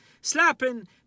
slapping